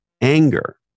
anger